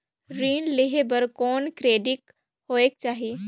ऋण लेहे बर कौन क्रेडिट होयक चाही?